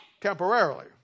temporarily